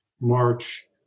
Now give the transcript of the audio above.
March